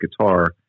guitar